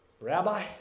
Rabbi